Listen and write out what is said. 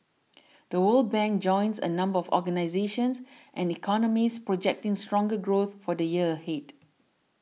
The World Bank joins a number of organisations and economists projecting stronger growth for the year ahead